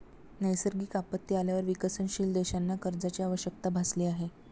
नैसर्गिक आपत्ती आल्यावर विकसनशील देशांना कर्जाची आवश्यकता भासली आहे